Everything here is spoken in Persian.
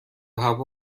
هوا